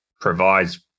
provides